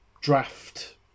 draft